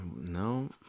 no